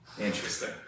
Interesting